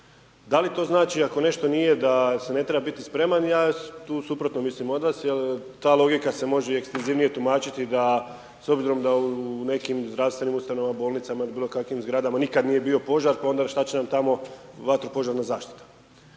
Da li to znači da nešto nije, da se ne treba biti spreman, ja tu suprotno milim od vas, jer ta logika se može i ekstenzivnije tumačiti, da s obzirom da u nekim zdravstvenim ustanovama, bolnicama, ili bilo kakvim zgradama, nikad nije bio požar, pa onda šta će nam tamo vatro požarna zaštita.